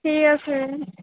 ঠিক আছে